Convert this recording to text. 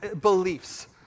beliefs